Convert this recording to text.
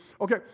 Okay